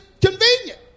convenient